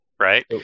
Right